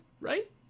right